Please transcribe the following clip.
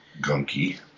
gunky